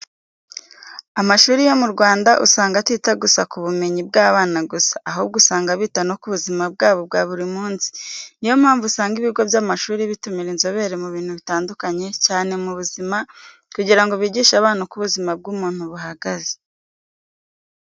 Amashuri yo mu Rwanda usanga atita gusa k'ubumenyi bw'abana gusa, ahubwo usanga bita no ku buzima bwabo bwa buri munsi, ni yo mpamvu usanga ibigo by'amashuri bitumira inzobere mu bintu bitandukanye cyane mu buzima, kugira ngo bigishe abana uko ubuzima bw'umuntu buhagaze.